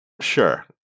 Sure